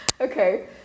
okay